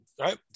Right